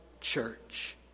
church